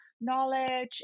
knowledge